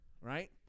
Right